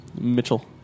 Mitchell